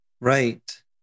Right